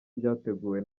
ryateguwe